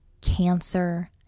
cancer